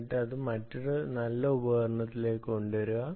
എന്നിട്ട് അത് മറ്റൊരു നല്ല ഉപകരണത്തിലേക്ക് കൊണ്ടുവരിക